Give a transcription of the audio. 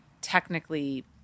technically